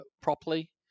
properly